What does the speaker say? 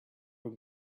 were